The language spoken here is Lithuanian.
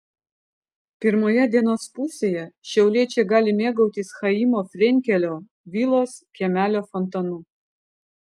pirmoje dienos pusėje šiauliečiai gali mėgautis chaimo frenkelio vilos kiemelio fontanu